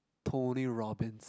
Tony Robins